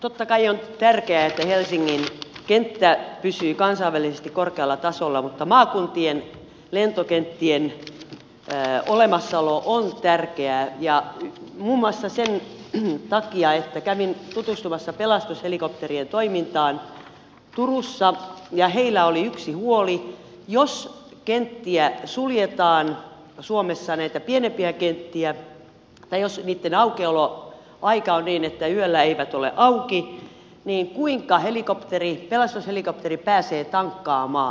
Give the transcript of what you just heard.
totta kai on tärkeää että helsingin kenttä pysyy kansainvälisesti korkealla tasolla mutta maakuntien lentokenttien olemassaolo on tärkeää muun muassa sen takia kävin tutustumassa pelastushelikopterien toimintaan turussa ja heillä oli yksi huoli että jos näitä pienempiä kenttiä suljetaan suomessa tai jos niitten aukioloaika on niin että ne eivät ole yöllä auki niin kuinka pelastushelikopteri pääsee tankkaamaan